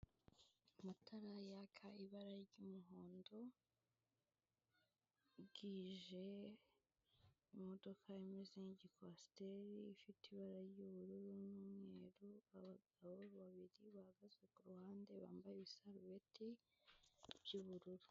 Amatara yaka ibara ry'umuhondo bwije, imodoka imeze igikwasiteri ifite ibara ry'ubururu n'umweru, abagabo babiri bahagaze ku ruhande bambaye ibisarubeti by'ubururu.